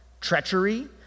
treachery